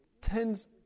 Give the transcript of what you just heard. tends